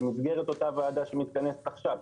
במסדרת אותה וועדה שמתכנסת עכשיו,